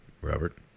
Robert